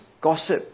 gossip